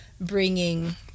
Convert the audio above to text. bringing